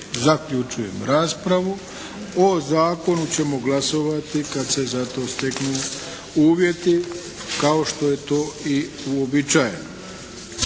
Zaključujem raspravu. O zakonu ćemo glasovati kada se za to steknu uvjeti kao što je to i uobičajeno.